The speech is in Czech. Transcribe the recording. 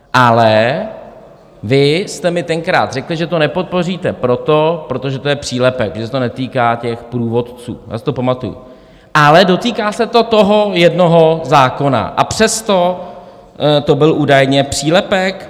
Ale vy jste mi tenkrát řekli, že to nepodpoříte, protože to je přílepek, že se to netýká těch průvodců, já si to pamatuju, ale dotýká se to toho jednoho zákona, a přesto to byl údajně přílepek.